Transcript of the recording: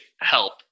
help